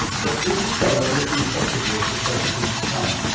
but is australia looking effectively at the shape of things to come?